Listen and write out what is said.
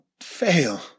fail